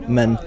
Men